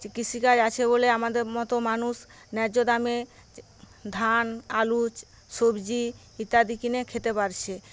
কৃষিকাজ আছে বলে আমাদের মত মানুষ ন্যায্য দামে ধান আলু সবজি ইত্যাদি কিনে খেতে পারছে